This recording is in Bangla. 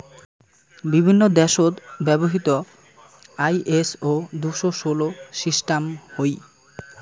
বিভিন্ন দ্যাশত ব্যবহৃত আই.এস.ও দুশো ষোল সিস্টাম হই